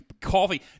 coffee